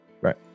right